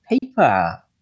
Paper